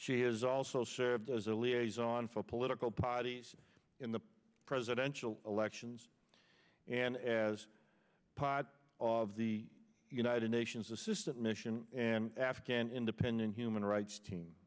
she has also served as a liaison for political parties in the presidential elections and as part of the united nations assistance mission and afghan independent human rights team